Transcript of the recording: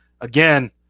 again